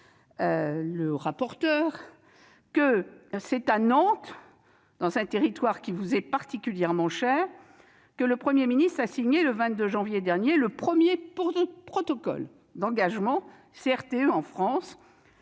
Dantec, que c'est à Nantes, dans un territoire qui vous est particulièrement cher, que le Premier ministre a signé le 22 janvier dernier le premier protocole d'engagement d'un CRTE en France,